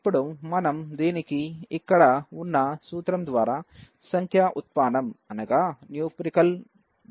ఇప్పుడు మనం దీనికి ఇక్కడ ఉన్న సూత్రం ద్వారా సంఖ్యా ఉత్పానం కనుగొందాం